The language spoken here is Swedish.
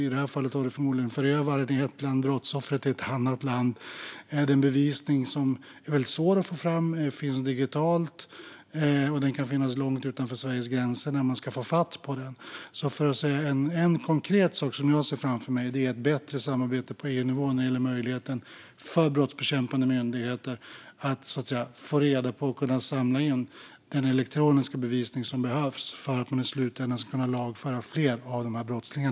I det här fallet har du förmodligen förövaren i ett land och brottsoffret i ett annat land. Är det bevisning som är väldigt svår att få fram? Finns den digitalt? Den kan finnas långt utanför Sveriges gränser när man ska få fatt i den. Jag kan säga en konkret sak som jag ser framför mig. Det är ett bättre samarbete på EU-nivå när det gäller möjligheten för brottsbekämpande myndigheter att få reda på och samla in den elektroniska bevisning som behövs för att man i slutändan ska kunna lagföra fler av dessa brottslingar.